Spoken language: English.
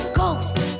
ghost